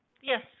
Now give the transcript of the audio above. Yes